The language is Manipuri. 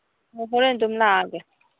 ꯍꯣꯔꯦꯟ ꯑꯗꯨꯝ ꯂꯥꯛꯑꯒꯦ